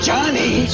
Johnny